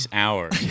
hours